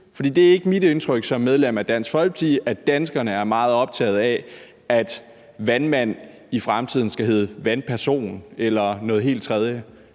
Dansk Folkeparti, at danskerne er meget optagede af, at vandmand i fremtiden skal hedde vandperson eller noget helt tredje.